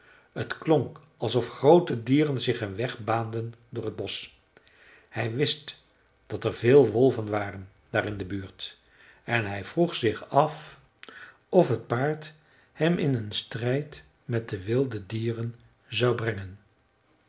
het klonk alsof groote dieren zich een weg baanden door het bosch hij wist dat er veel wolven waren daar in de buurt en hij vroeg zich af of het paard hem in een strijd met de wilde dieren zou brengen